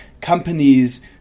companies